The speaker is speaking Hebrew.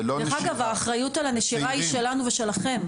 דרך אגב, האחריות על הנשירה היא שלנו ושלכם.